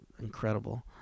incredible